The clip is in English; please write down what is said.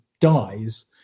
dies